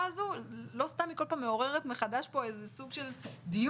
הזו לא סתם היא כל פעם מעוררת מחדש פה איזה סוג של דיון,